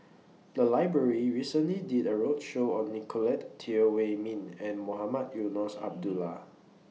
The Library recently did A roadshow on Nicolette Teo Wei Min and Mohamed Eunos Abdullah